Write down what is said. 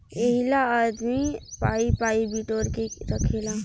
एहिला आदमी पाइ पाइ बिटोर के रखेला